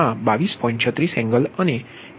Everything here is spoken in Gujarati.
36 એંગલ 116